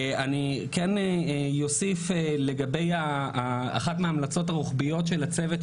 אני כן אוסיף לגבי אחת מההמלצות הרוחביות של הצוות,